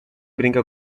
brinca